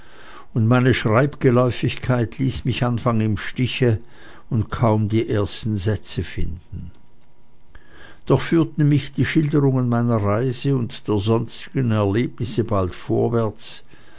und meine schreibgeläufigkeit ließ mich anfänglich im stiche und kaum die ersten sätze finden doch führten mich die schilderungen meiner reise und der sonstigen erlebnisse bald vorwärts